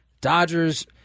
Dodgers